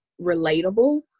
relatable